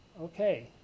Okay